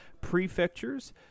prefectures